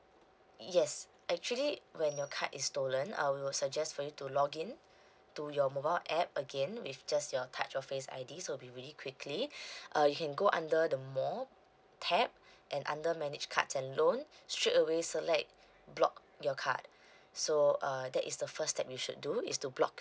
yes actually when your card is stolen uh we will suggest for you to login to your mobile app again with just your touch or face I_D so will be really quickly uh you can go under the more tab and under manage cards and loan straight away select block your card so err that is the first step you should do is to block